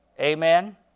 Amen